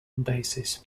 basis